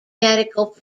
medical